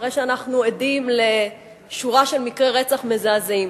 אחרי שאנחנו עדים לשורה של מקרי רצח מזעזעים.